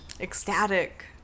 ecstatic